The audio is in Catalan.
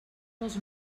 dels